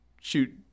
shoot